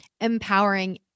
empowering